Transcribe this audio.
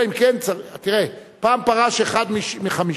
אלא אם כן, תראה, פעם פרש אחד מ-15.